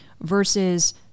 versus